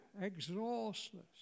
exhaustless